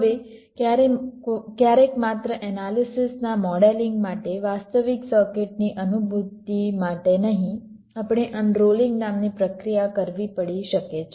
હવે ક્યારેક માત્ર એનાલિસિસ ના મોડેલિંગ માટે વાસ્તવિક સર્કિટની અનુભૂતિ માટે નહીં આપણે અનરોલીંગ નામની પ્રક્રિયા કરવી પડી શકે છે